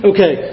Okay